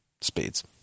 speeds